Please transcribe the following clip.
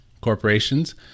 corporations